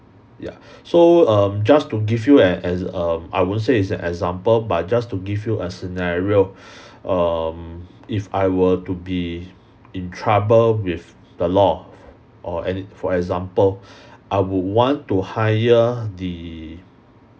ya so um just to give you an exa~ um I wouldn't say it's an example but just to give you a scenario um if I were to be in trouble with the law or any for example I would want to hire the